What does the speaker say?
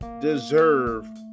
deserve